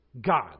God